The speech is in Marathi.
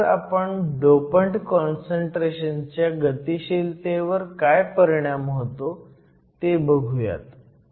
नंतर आपण डोपंट काँसंट्रेशनचा गतीशीलतेवर काय परिणाम होतो ते बघुयात